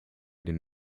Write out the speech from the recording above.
den